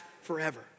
forever